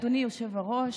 אדוני היושב-ראש,